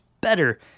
better